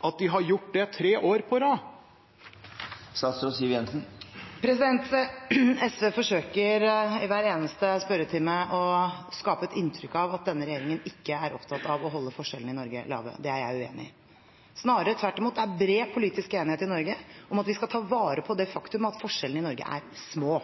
at de har gjort det tre år på rad? SV forsøker i hver eneste spørretime å skape et inntrykk av at denne regjeringen ikke er opptatt av å holde forskjellene i Norge små. Det er jeg uenig i. Snarere tvert imot: Det er bred politisk enighet i Norge om at vi skal ta vare på det faktum at forskjellene i Norge er små.